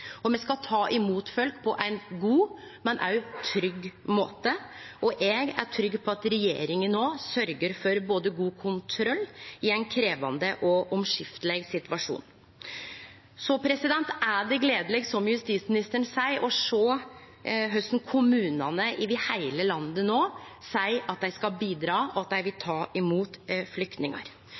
Me skal ta imot folk på ein god, men òg trygg måte, og eg er trygg på at regjeringa no sørgjer for god kontroll i ein både krevjande og omskifteleg situasjon. Det er gledeleg, som justisministeren seier, å sjå korleis kommunane over heile landet no seier at dei skal bidra og vil ta imot flyktningar.